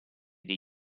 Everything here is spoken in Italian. dei